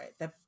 right